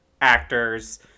Actors